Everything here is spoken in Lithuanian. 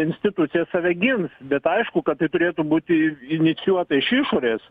institucija save gins bet aišku kad tai turėtų būti inicijuota iš išorės